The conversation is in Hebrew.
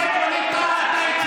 אתה הצבעת,